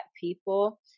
people